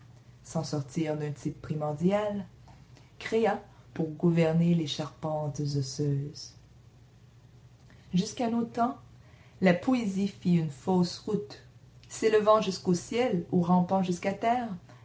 sans sortir d'un type primordial créa pour gouverner les charpentes osseuses jusqu'à nos temps la poésie fit une route fausse s'élevant jusqu'au ciel ou rampant jusqu'à terre